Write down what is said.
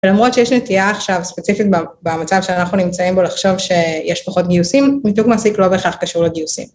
ולמרות שיש נטייה עכשיו ספציפית במצב שאנחנו נמצאים בו לחשוב שיש פחות גיוסים, מיתוג מעסיק לא בהכרח קשור לגיוסים.